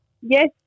yes